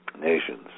nations